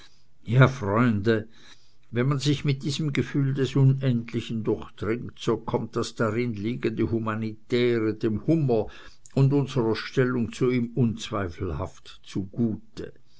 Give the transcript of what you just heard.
ja freunde wenn man sich mit diesem gefühl des unendlichen durchdringt so kommt das darin liegende humanitäre dem hummer und unserer stellung zu ihm unzweifelhaft zugute